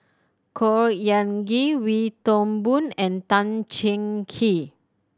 Khor Ean Ghee Wee Toon Boon and Tan Cheng Kee